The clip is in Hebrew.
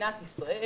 מדינת ישראל